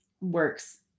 works